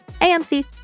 AMC